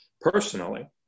personally